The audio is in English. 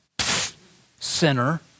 Sinner